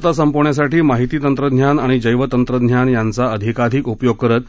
शेतकऱ्यांच्या जीवनातील अस्थितरता संपवण्यासाठी माहिती तंत्रज्ञान आणि जैव तंत्रज्ञान याचा अधिकाधिक उपयोग करत